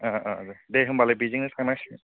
दे होनबालाय बेजोंनो थांनां सिगोन